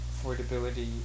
affordability